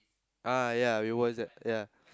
ah yeah it was that yeah